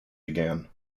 began